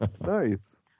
Nice